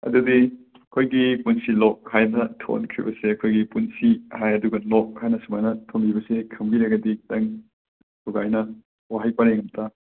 ꯑꯗꯨꯗꯤ ꯑꯩꯈꯣꯏꯒꯤ ꯄꯨꯟꯁꯤꯂꯣꯛ ꯍꯥꯏꯅ ꯊꯣꯟꯈꯤꯕꯁꯦ ꯑꯩꯈꯣꯏꯒꯤ ꯄꯨꯟꯁꯤ ꯍꯥꯏ ꯑꯗꯨꯒ ꯂꯣꯛ ꯍꯥꯏꯅ ꯁꯨꯃꯥꯏꯅ ꯊꯣꯟꯕꯤꯕꯁꯦ ꯈꯪꯕꯤꯔꯒꯗꯤ ꯈꯤꯇꯪ ꯁꯨꯒꯥꯏꯅ ꯋꯥꯍꯩ ꯄꯔꯦꯡ ꯑꯝꯇ